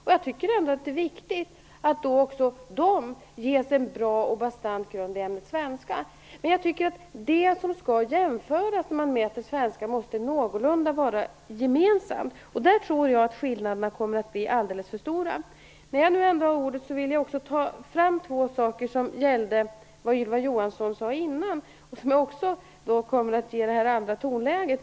Jag tycker ändå att det är viktigt att också de ges en bra och bastant grund i ämnet svenska. Men jag tycker att det som skall jämföras när man mäter ämnet svenska måste vara någorlunda gemensamt. Jag tror att skillnaderna kommer att bli alldeles för stora. När jag ändå har ordet vill jag ta upp två saker som gäller vad Ylva Johansson sade tidigare, och som jag också kommer att tala om i det andra tonläget.